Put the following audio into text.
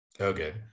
Okay